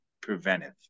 preventive